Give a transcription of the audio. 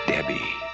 Debbie